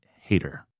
hater